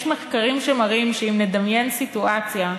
יש מחקרים שמראים שאם נדמיין סיטואציה,